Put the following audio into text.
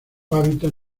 hábitat